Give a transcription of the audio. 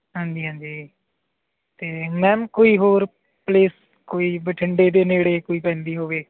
ਹਾਂਜੀ ਹਾਂਜੀ ਅਤੇ ਮੈਮ ਕੋਈ ਹੋਰ ਪਲੇਸ ਕੋਈ ਬਠਿੰਡੇ ਦੇ ਨੇੜੇ ਕੋਈ ਪੈਂਦੀ ਹੋਵੇ